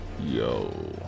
Yo